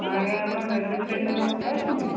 ହଁ ଆଜ୍ଞା ଆପଣ ରେଲେୱେ ଷ୍ଟେସନରୁ କଥା ହେଉଛନ୍ତି